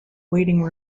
waiting